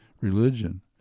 religion